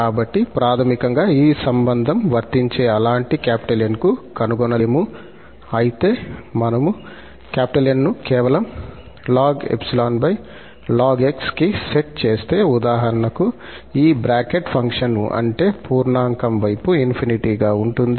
కాబట్టి ప్రాథమికంగా ఈ సంబంధం వర్తించే అలాంటి 𝑁 ను కనుగొనలేము అయితే మనము 𝑁 ను కేవలం ln 𝜖 ln 𝑥 కి సెట్ చేస్తే ఉదాహరణకు ఈ బ్రాకెట్ ఫంక్షన్ అంటే పూర్ణాంకం వైపు ∞ గా ఉంటుంది